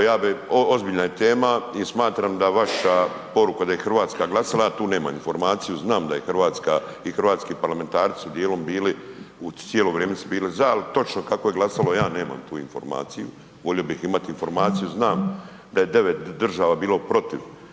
ozbiljna je tema i smatram da vaša poruka da je Hrvatska glasala, ja tu nemam informaciju, znam da je Hrvatska i hrvatski parlamentarci su dijelom bili u, cijelo vrijeme su bili za, ali točno kako je glasalo ja nemam tu informaciju, volio bih imati informaciju, znam da je 9 država bilo protiv